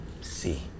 See